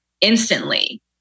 instantly